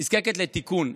נזקקת לתיקון.